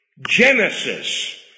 Genesis